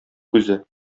күзе